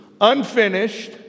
unfinished